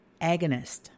agonist